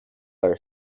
are